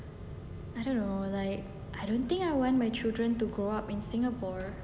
I don't know like I don't think I want my children to grow up in singapore